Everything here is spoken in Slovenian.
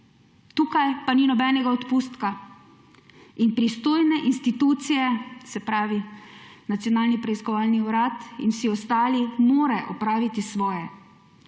Tukaj pa ni nobenega odpustka in pristojne institucije, se pravi Nacionalni preiskovalni urad in vsi ostali morajo opraviti svoje.